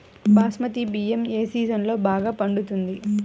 బాస్మతి బియ్యం ఏ సీజన్లో బాగా పండుతుంది?